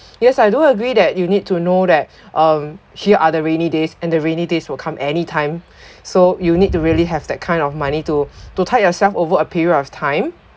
yes I do agree that you need to know that um here are the rainy days and the rainy days will come anytime so you need to really have that kind of money to to tied yourself over a period of time